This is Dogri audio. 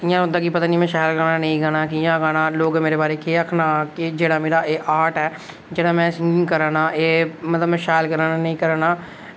इ'यां होंदा कि में शैल गाना जां नेईं इ'यां गाना लोक मेरे केह् आखना जेह्ड़ा मेरा एह् आर्ट ऐ जेह्ड़ा में सिंगिंग करै ना एह् मतलब में शैल करै ना जां नेईं करै ना